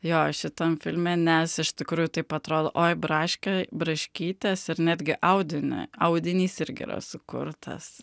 jo šitam filme nes iš tikrųjų taip atrodo oi braškė braškytės ir netgi audinio audinys irgi yra sukurtas